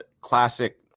classic